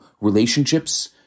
relationships